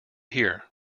here